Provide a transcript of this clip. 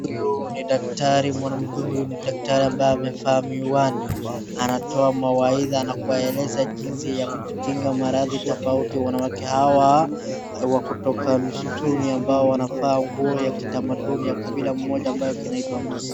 Huyu ni daktari mwanamke huyu ni daktari ambaye amevaa miwani. Anatoa mawaidha na kuwaeleza jinsi ya kujikinga maradhi tofauti. Wanawake hawa kutoka msituni ambao wanafaa nguo ya kitamaduni ya kabila moja ambayo kinaitwa Maasai.